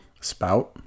Spout